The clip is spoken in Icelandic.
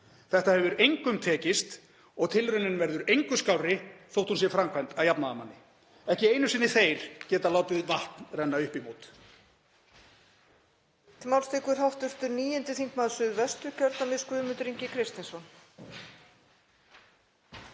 Þetta hefur engum tekist og tilraunin verður engu skárri þótt hún sé framkvæmd af jafnaðarmanni. Ekki einu sinni þeir geta látið vatn renna upp í mót.